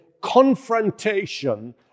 confrontation